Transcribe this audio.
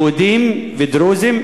יהודים ודרוזים,